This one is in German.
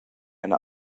eine